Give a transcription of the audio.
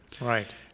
Right